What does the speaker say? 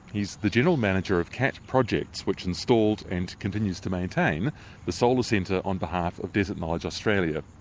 he's the general manager of cat projects which installed and continues to maintain the solar centre on behalf of desert knowledge australia.